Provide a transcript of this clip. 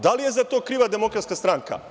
Da li je za to kriva Demokratska stranka?